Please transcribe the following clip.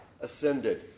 ascended